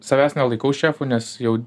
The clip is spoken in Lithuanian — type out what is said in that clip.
savęs nelaikau šefu nes jau